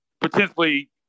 potentially